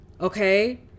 Okay